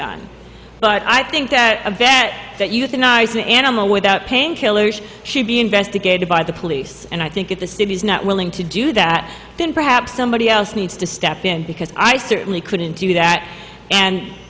done but i think that a vet that euthanize an animal without pain killers should be investigated by the police and i think if the state is not willing to do that then perhaps somebody else needs to step in because i certainly couldn't do that and